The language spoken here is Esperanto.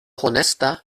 honesta